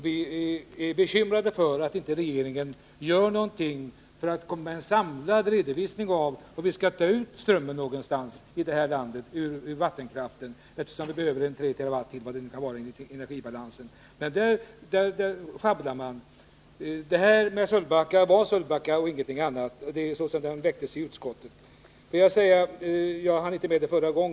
Vi är bekymrade för att inte regeringen gör någonting för att få fram en samlad redovisning av var någonstans i det här landet vi skall ta ut elström ur vattenkraften, eftersom vi behöver 3 TWh eller vad det kan vara, för att trygga energibalansen. Men där sjabblar regeringen. Så som frågan väcktes i utskottet gällde den Sölvbacka och ingenting annat. Låt mig tillägga en sak som jag inte hann med i mitt förra inlägg.